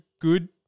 good